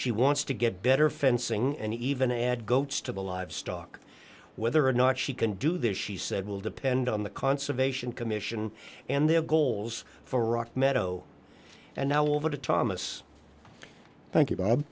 she wants to get better fencing and even add goats to the livestock whether or not she can do this she said will depend on the conservation commission and their goals for rock meadow and now over to thomas thank you bob